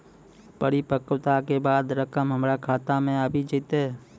परिपक्वता के बाद रकम हमरा खाता मे आबी जेतै?